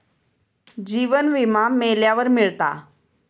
जीवन विमा मेल्यावर मिळता